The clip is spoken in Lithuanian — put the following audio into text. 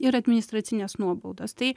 ir administracinės nuobaudos tai